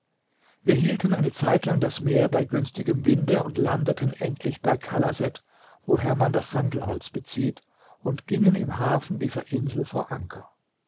wir hielten eine zeitlang das meer bei günstigem winde und landeten endlich bei kalaset woher man das sandelholz bezieht und gingen im hafen dieser insel vor anker